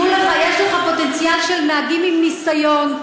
יש לך פוטנציאל של נהגים עם ניסיון,